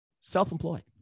self-employed